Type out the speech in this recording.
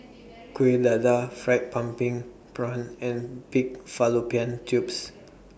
Kuih Dadar Fried Pumpkin Prawns and Pig Fallopian Tubes